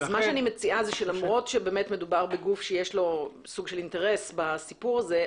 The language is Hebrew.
אני מציעה שלמרות שמדובר בגוף שיש לו סוג של אינטרס בסיפור הזה,